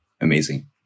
amazing